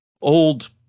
old